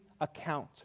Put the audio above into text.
account